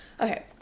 Okay